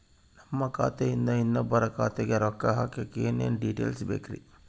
ನಮ್ಮ ಖಾತೆಯಿಂದ ಇನ್ನೊಬ್ಬರ ಖಾತೆಗೆ ರೊಕ್ಕ ಹಾಕಕ್ಕೆ ಏನೇನು ಡೇಟೇಲ್ಸ್ ಬೇಕರಿ?